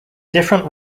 different